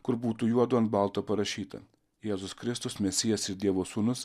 kur būtų juodu ant balto parašyta jėzus kristus mesijas ir dievo sūnus